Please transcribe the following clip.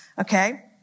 okay